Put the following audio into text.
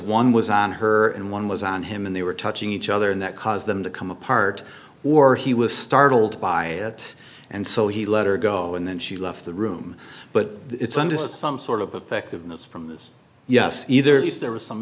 one was on her and one was on him and they were touching each other and that caused them to come apart or he was startled by it and so he let her go and then she left the room but it's under some sort of effect of miss from this yes either if there was some